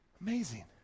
Amazing